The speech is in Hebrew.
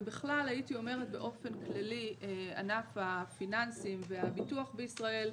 ובכלל באופן כללי ענף הפיננסים והביטוח בישראל,